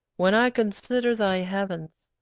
when i consider thy heavens,